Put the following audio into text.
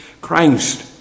Christ